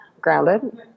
grounded